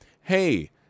hey